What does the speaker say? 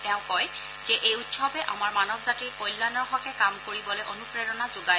তেওঁ কয় যে এই উৎসৱে আমাৰ মানৱজাতিৰ কল্যাণৰ হকে কাম কৰিবলৈ অনুপ্ৰেৰণা যোগায়